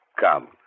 come